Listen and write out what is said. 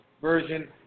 version